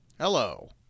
hello